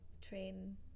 train